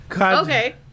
Okay